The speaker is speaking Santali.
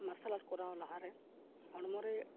ᱢᱟᱨᱥᱟᱞ ᱟᱨᱴ ᱠᱚᱨᱟᱣ ᱞᱟᱦᱟᱨᱮ ᱦᱚᱲᱢᱚᱨᱮ